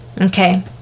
okay